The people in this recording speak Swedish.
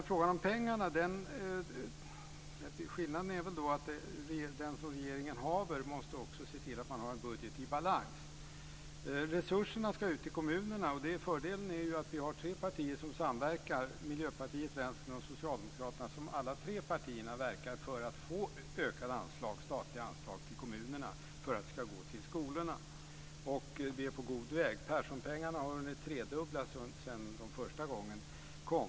I fråga om pengarna är väl skillnaden att den som regeringsmakten haver måste se till att man har en budget i balans. Resurserna ska ut till kommunerna. Fördelen är att det är tre partier som samverkar - Miljöpartiet, Vänstern och Socialdemokraterna. Alla tre partierna verkar för ökade statliga anslag till kommunerna - pengar som ska gå till skolorna. Vi är på god väg. Perssonpengarna har hunnit tredubblas sedan de första gången kom.